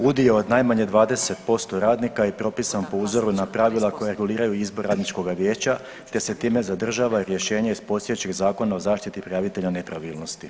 Udio od najmanje 20% radnika je propisan po uzoru na pravila koja reguliraju izbor radničkoga vijeća te se time zadržava i rješenje iz postojećeg Zakona o zaštiti prijavitelja nepravilnosti.